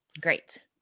Great